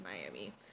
Miami